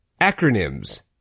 Acronyms